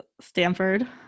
Stanford